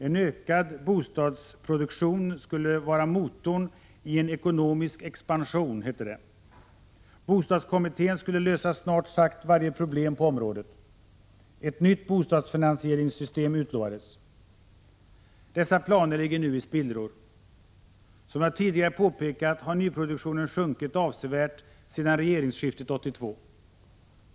En ökad bostadsproduktion skulle vara motorn i en ekonomisk expansion. Bostadskommittén skulle lösa snart sagt varje problem på området. Ett nytt bostadsfinansieringssystem utlovades. Dessa planer ligger nu i spillror. Som jag tidigare påpekat har nyproduktionen sjunkit avsevärt sedan regeringsskiftet 1982.